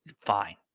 fine